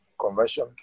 conversion